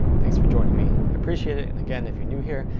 thanks for joining me. i appreciate it. and again, if you're new here,